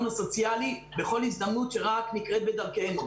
הסוציאלי בכל הזדמנות שרק נקרית בדרכינו.